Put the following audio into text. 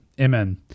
Amen